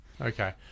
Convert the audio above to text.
Okay